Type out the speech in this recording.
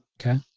Okay